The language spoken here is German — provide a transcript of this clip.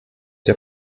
der